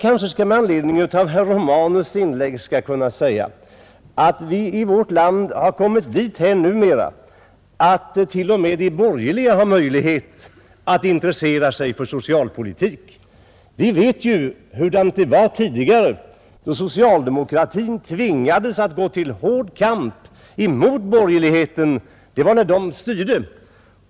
Men anledning av herr Romanus” inlägg skall jag kanske säga att vi i vårt land numera har kommit dithän att t.o.m. de borgerliga har möjlighet att intressera sig för socialpolitik, Alla vet hurdant det var tidigare, då socialdemokratin tvingades gå till hård kamp emot borgerlig heten. Det var när de borgerliga styrde här i landet.